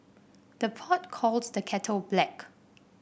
the pot calls the kettle black